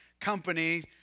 company